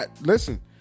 Listen